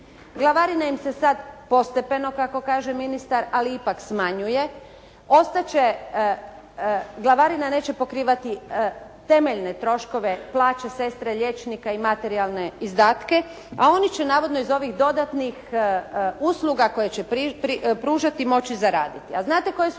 Glavarine im se sada postepeno, kako kaže ministar, ali ipak smanjuje, ostati će, glavarina neće pokrivati temeljne troškove plaće sestre, liječnika i materijalne izdatke. A oni će navodno iz ovih dodatnih usluga koje će pružati moći zaraditi.